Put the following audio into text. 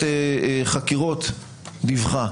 שחטיבת חקירות דיווחה.